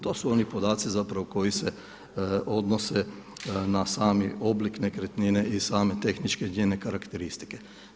To su oni podaci zapravo koji se odnose na sami oblik nekretnine i same tehničke njene karakteristike.